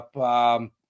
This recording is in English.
up